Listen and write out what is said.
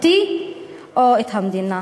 אותי או את המדינה?